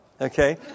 Okay